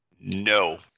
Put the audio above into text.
No